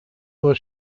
was